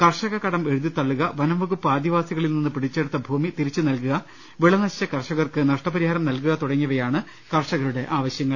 കർഷക കടം എഴുതിത്തള്ളുക വനം വകുപ്പ് ആദിവാസികളിൽനിന്ന് പിടിച്ചെ ടുത്ത ഭൂമി തിരിച്ചു നൽകുക വിള നശിച്ച കർഷകർക്ക് നഷ്ടപരിഹാരം നൽകുക തുടങ്ങിയവയാണ് കർഷകരുടെ ആവശ്യങ്ങൾ